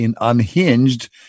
Unhinged